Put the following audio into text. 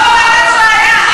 לא ביום שישי.